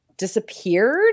disappeared